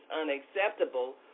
unacceptable